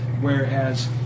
whereas